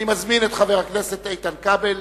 אני מזמין את חבר הכנסת איתן כבל